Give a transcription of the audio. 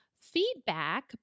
feedback